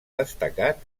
destacat